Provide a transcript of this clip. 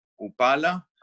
Upala